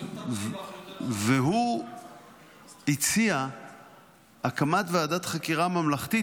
היו מטפלים בך יותר --- הוא הציע הקמת ועדת חקירה ממלכתית,